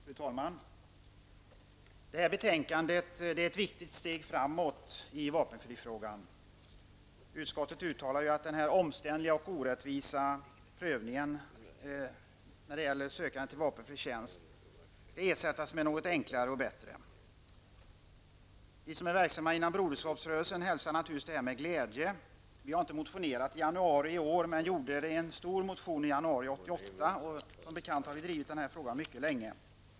Fru talman! Detta betänkande är ett viktigt steg framåt i vapenfrifrågan. Utskottet uttalar att den omständliga och orättvisa prövningen vid sökandet till vapenfri tjänst skall ersättas med något enklare och bättre. Vi som är verksamma inom Broderskapsrörelsen hälsar naturligtvis detta med glädje. Vi har inte motionerat i januari i år men gjorde det i en stor motion i januari 1988. Som bekant har vi drivit denna fråga mycket länge.